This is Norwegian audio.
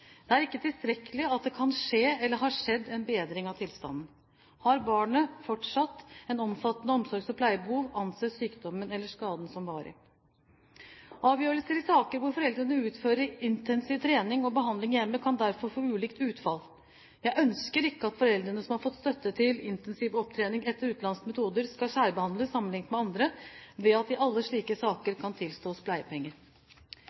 Det er ikke tilstrekkelig at det kan skje eller har skjedd en bedring av tilstanden. Har barnet fortsatt et omfattende omsorgs- og pleiebehov, anses sykdommen eller skaden som varig. Avgjørelser i saker hvor foreldrene utfører intensiv trening og behandling i hjemmet, kan derfor få ulikt utfall. Jeg ønsker ikke at de foreldre som har fått støtte til intensiv opptrening etter utenlandske metoder, skal særbehandles sammenlignet med andre, ved at det i alle slike